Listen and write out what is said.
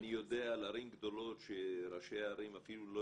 אני יודע על ערים גדולות שראשי הערים אפילו לא